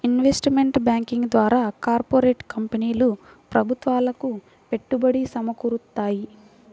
investment banking ద్వారా corporate కంపెనీలు ప్రభుత్వాలకు పెట్టుబడి సమకూరుత్తాయి